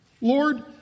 Lord